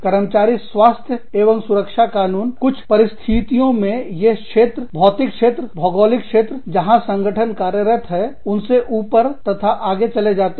कर्मचारी स्वास्थ्य एवं सुरक्षा कानून कुछ परिस्थितियों में ये क्षेत्र भौतिक क्षेत्र भौगोलिक क्षेत्र जहां संगठन कार्यरत है उनसे ऊपर तथा आगे चले जाते हैं